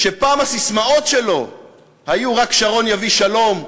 פעם הססמאות שלו היו: "רק שרון יביא שלום",